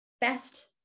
best